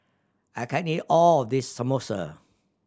I can't eat all of this Samosa